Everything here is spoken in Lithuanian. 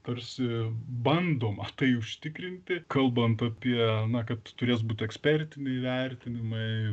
tarsi bandoma tai užtikrinti kalbant apie na kad turės būt ekspertiniai vertinimai